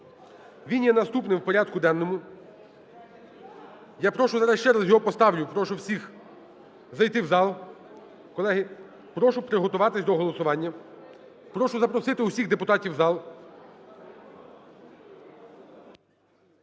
він є наступним в порядку денному. Я прошу, зараз ще раз його поставлю і прошу всіх зайти в зал, колеги. Прошу приготуватися до голосування. Прошу запросити усіх депутатів в зал.